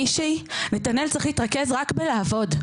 נתנאל צריך להתרכז רק בלעבוד.